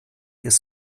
ist